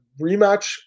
rematch